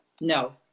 No